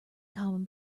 common